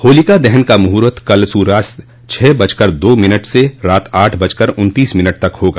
होलिका दहन का मुहूर्त कल सूर्यास्त छह बजकर दो मिनट से रात आठ बजकर उन्तीस मिनट तक होगा